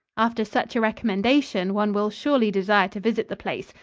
after such a recommendation, one will surely desire to visit the place,